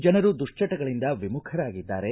ಜನರು ದುಶ್ವಟಗಳಿಂದ ವಿಮುಖರಾಗಿದ್ದಾರೆ